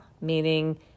meaning